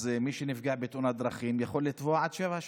מי שנפגע בתאונת דרכים יכול לתבוע עד שבע שנים.